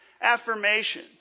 Affirmation